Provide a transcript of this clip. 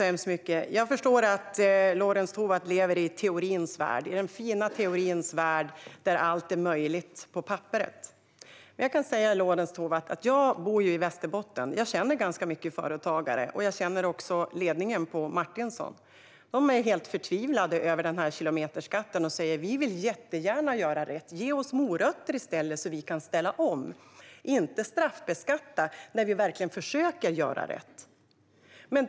Herr talman! Jag förstår att Lorentz Tovatt lever i den fina teorins värld där allt är möjligt på papperet. Men jag kan säga Lorentz Tovatt att jag bor i Västerbotten. Jag känner ganska många företagare, också ledningen på Martinson, och de är förtvivlade över kilometerskatten. De säger: Vi vill jättegärna göra rätt - ge oss morötter så att vi kan ställa om i stället för att straffbeskatta när vi verkligen försöker göra rätt!